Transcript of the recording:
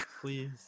Please